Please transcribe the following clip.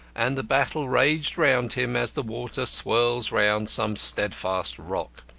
and the battle raged round him as the water swirls round some steadfast rock.